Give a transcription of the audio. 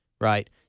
right